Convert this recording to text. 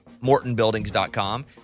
MortonBuildings.com